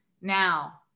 now